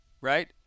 Right